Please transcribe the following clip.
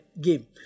game